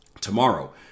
tomorrow